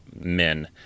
men